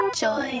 joy